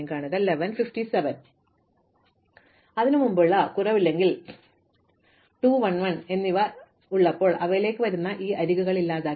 അതിനാൽ അതിനുമുമ്പുള്ള കുറവ് അല്ലെങ്കിൽ 2 1 1 എന്നിവ ഇപ്പോൾ ഓർക്കുക അവയിലേക്ക് വരുന്ന ഈ അരികുകൾ ഇല്ലാതാക്കി